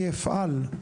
אני אפעל,